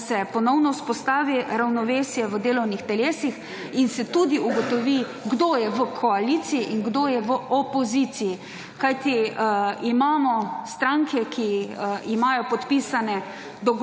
da se ponovno vzpostavi ravnovesje v delovnih telesih in se tudi ugotovi kdo je v koaliciji in kdo je v opoziciji, kajti imamo stranke, ki imajo podpisane